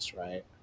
right